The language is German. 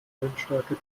windstärke